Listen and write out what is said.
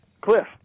Cliff